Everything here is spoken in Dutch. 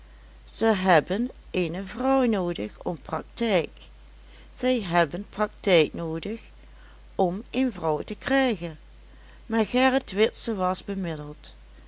zij hebben eene vrouw noodig om praktijk en zij hebben praktijk noodig om een vrouw te krijgen maar gerrit witse was bemiddeld